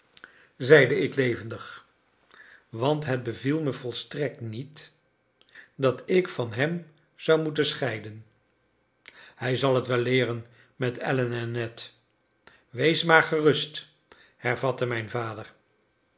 zeide ik levendig want het beviel me volstrekt niet dat ik van hem zou moeten scheiden hij zal t wel leeren met allen en ned wees maar gerust hervatte mijn vader